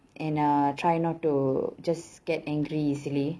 and uh try not to just get angry easily